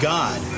God